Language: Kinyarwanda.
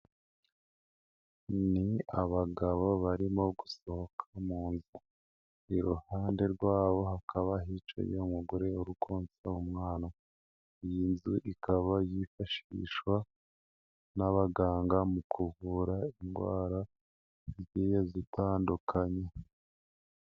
Ni abagabo barimo gusohoka mu nzu, iruhande rwabo hakaba hicaye umugore uri konsa umwana, iyi nzu ikaba yifashishwa n'abaganga mu kuvura indwara zigiye zitandukanye.